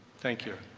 thank you.